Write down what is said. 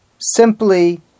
simply